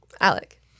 Alec